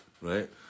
right